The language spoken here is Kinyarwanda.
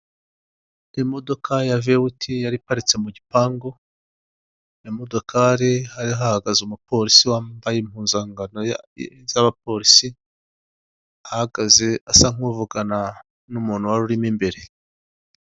Imodoka ya vewiti yari iparitse mu gipangu imbere y'imodokari hari hahagaze umupolisi wambaye impuzankano z'abapolisi ahagaze asa nk'uvugana n'umuntu wari urimo imbere.